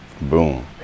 boom